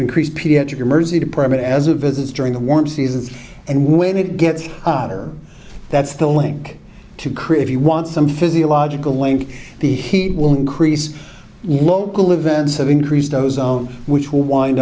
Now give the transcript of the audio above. increased pediatric emergency department as a visits during the warm seasons and when it gets hotter that's the link to create if you want some physiological link the heat will increase local events of increased ozone which will wind